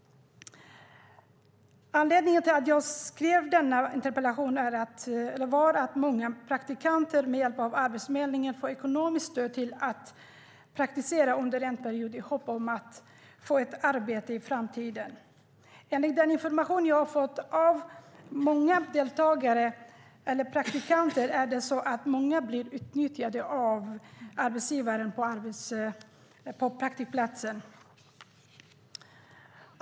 Anledningen till att jag skrev denna interpellation var att många praktikanter med hjälp av Arbetsförmedlingen får ekonomiskt stöd för att praktisera i hopp om att få ett arbete i framtiden. Enligt den information jag har fått av många deltagare eller praktikanter blir många utnyttjade av arbetsgivaren på praktikplatsen.